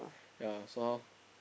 ya so how